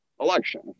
election